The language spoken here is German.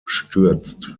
stürzt